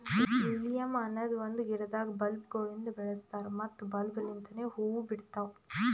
lilium ಅನದ್ ಒಂದು ಗಿಡದಾಗ್ ಬಲ್ಬ್ ಗೊಳಿಂದ್ ಬೆಳಸ್ತಾರ್ ಮತ್ತ ಬಲ್ಬ್ ಲಿಂತನೆ ಹೂವು ಬಿಡ್ತಾವ್